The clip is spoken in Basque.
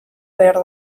behar